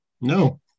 No